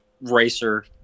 racer